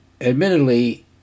admittedly